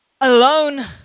alone